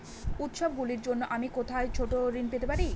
উত্সবগুলির জন্য আমি কোথায় ছোট ঋণ পেতে পারি?